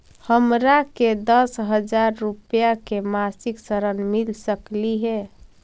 हमरा के दस हजार रुपया के मासिक ऋण मिल सकली हे?